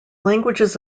languages